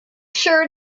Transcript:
sure